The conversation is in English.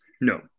No